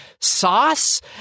sauce